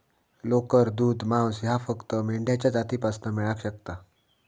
लोकर, दूध, मांस ह्या फक्त मेंढ्यांच्या जातीपासना मेळाक शकता